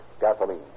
Gasoline